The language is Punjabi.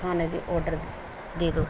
ਖਾਣੇ ਦੇ ਔਡਰ ਦੇ ਦਿਉ